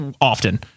often